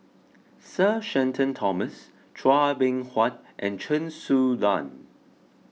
Sir Shenton Thomas Chua Beng Huat and Chen Su Lan